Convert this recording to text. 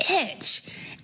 itch